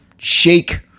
shake